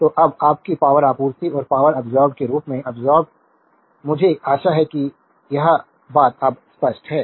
तो अब आपकी पावरआपूर्ति और पावरअब्सोर्बेद के रूप में अब्सोर्बेद मुझे आशा है कि यह बात अब स्पष्ट है